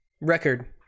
record